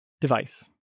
device